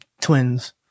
twins